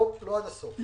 לא עד הסוף.